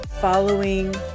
following